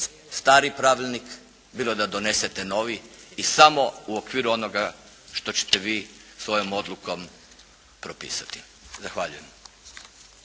stari pravilnik, bilo da donesete novi i samo u okviru onoga što ćete vi svojom odlukom propisati. Zahvaljujem.